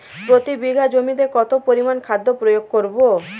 প্রতি বিঘা জমিতে কত পরিমান খাদ্য প্রয়োগ করব?